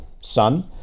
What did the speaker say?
sun